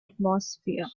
atmosphere